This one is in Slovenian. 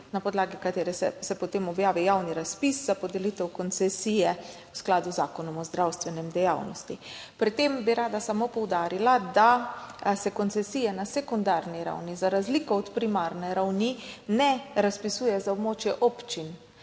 na podlagi katere se potem objavi javni razpis za podelitev koncesije v skladu z Zakonom o zdravstveni dejavnosti. Pri tem bi rada samo poudarila, da se koncesije na sekundarni ravni za razliko od primarne ravni ne razpisuje za območje občin,